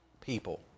people